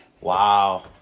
Wow